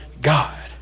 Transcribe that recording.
God